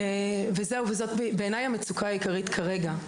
זאת בעיני המצוקה העיקרית כרגע,